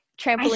trampoline